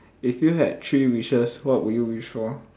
if you had three wishes what would you wish for